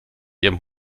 ihrem